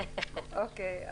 אוקיי.